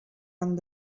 han